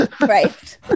Right